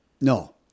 no